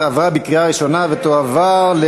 2014,